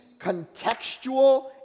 contextual